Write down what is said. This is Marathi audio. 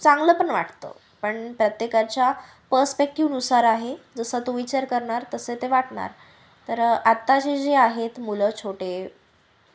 चांगलंपण वाटतं पण प्रत्येकाच्या पस्पेक्टिवनुसार आहे जसा तो विचार करणार तसे ते वाटणार तर आताचे जे आहेत मुलं छोटे